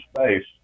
space